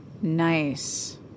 Nice